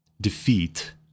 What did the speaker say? defeat